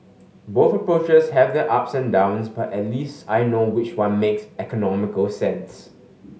both approaches have their ups and downs but at least I know which one makes economical sense